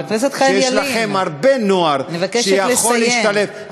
שיש לכם הרבה נוער שיכול להשתלב,